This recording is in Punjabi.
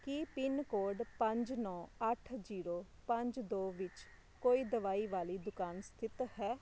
ਕੀ ਪਿੰਨ ਕੋਡ ਪੰਜ ਨੌ ਅੱਠ ਜ਼ੀਰੋ ਪੰਜ ਦੋ ਵਿੱਚ ਕੋਈ ਦਵਾਈ ਵਾਲੀ ਦੁਕਾਨ ਸਥਿੱਤ ਹੈ